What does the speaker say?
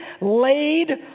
Laid